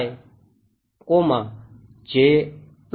તે છે